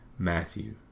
Matthew